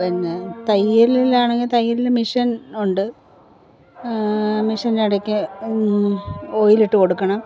പിന്നെ തയ്യലിലാണെങ്കിൽ തയ്യൽ മെഷ്യൻ ഉണ്ട് മെഷ്യൻ ഇടയ്ക്ക് ഓയിലിട്ടു കൊടുക്കണം